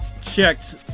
checked